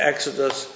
Exodus